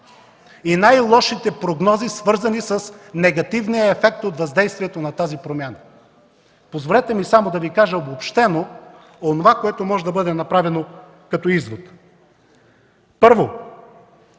и най-лошите прогнози, свързани с негативния ефект от въздействието на тази промяна. Позволете ми само да Ви кажа обобщено онова, което може да бъде направено като изводи. Първо,